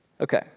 Okay